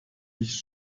nicht